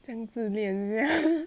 将自恋 sia